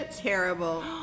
terrible